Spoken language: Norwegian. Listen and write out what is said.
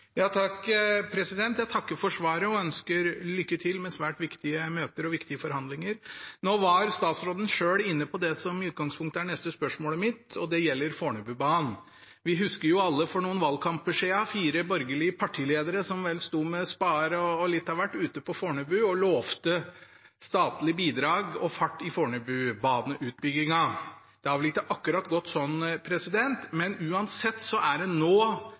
Jeg takker for svaret og ønsker lykke til med svært viktige møter og viktige forhandlinger. Nå var statsråden selv inne på det som i utgangspunktet er mitt neste spørsmål – det gjelder Fornebubanen. Vi husker alle for noen valgkamper siden fire borgerlige partiledere som sto med spader og litt av hvert ute på Fornebu og lovte statlig bidrag og fart i Fornebubane-utbyggingen. Det har vel ikke akkurat gått sånn, men uansett er det nå